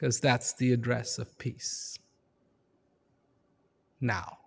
because that's the address of peace now